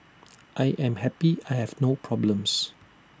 I am happy I have no problems